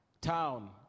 town